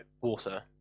water